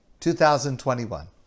2021